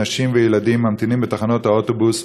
נשים וילדים ממתינים בתחנות האוטובוס,